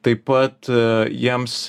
taip pat jiems